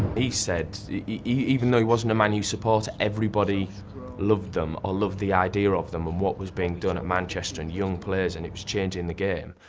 he said that even though he wasn't a man u supporter, everybody loved them, or loved the idea of them, and what was being done at manchester, and young players, and it was changing the game.